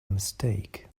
mistake